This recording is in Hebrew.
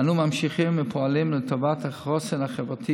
אנו ממשיכים ופועלים לטובת החוסן החברתי